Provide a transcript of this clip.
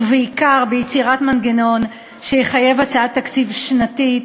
ובעיקר ביצירת מנגנון שיחייב הצעת תקציב שנתית